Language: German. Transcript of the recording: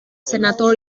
senator